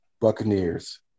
Buccaneers